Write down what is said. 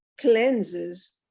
cleanses